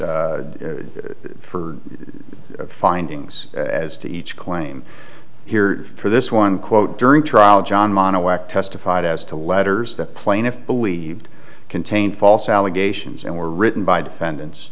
sentence for findings as to each claim here for this one quote during trial john mano act testified as to letters that plaintiff believed contained false allegations and were written by defendants